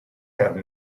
have